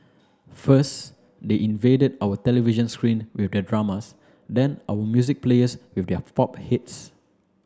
first they invaded our television screen with their dramas then our music players with their pop hits